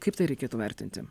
kaip tai reikėtų vertinti